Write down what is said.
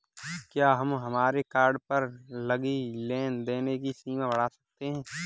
क्या हम हमारे कार्ड पर लगी लेन देन की सीमा बढ़ावा सकते हैं?